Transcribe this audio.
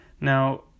Now